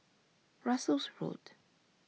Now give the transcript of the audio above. Russels Road